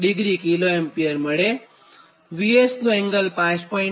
અને VS નો angle 5